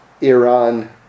Iran